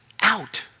out